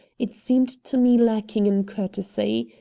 it seemed to me lacking in courtesy.